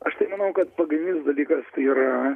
aš tai manau kad pagrindinis dalykas yra